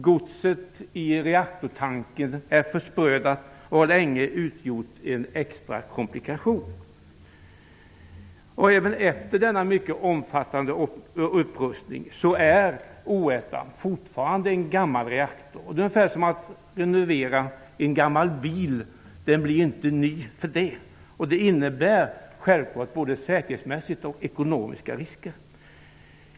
Godset i reaktortanken är försprödat och har länge utgjort en extra komplikation. Även efter denna mycket omfattande upprustning är Oskarshamn 1 fortfarande en gammal reaktor. Det är ungefär som att renovera en gammal bil; den blir inte ny. Det innebär självfallet både säkerhetsmässiga och ekonomiska risker.